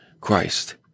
Christ